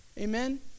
amen